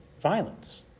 violence